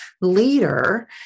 leader